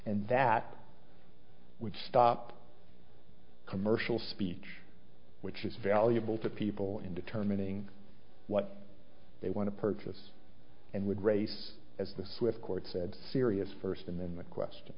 and that would stop commercial speech which is valuable to people in determining what they want to purchase and would race as the swift court said serious first and then the question